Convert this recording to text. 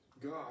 God